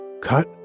cut